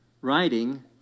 writing